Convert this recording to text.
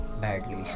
badly